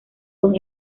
con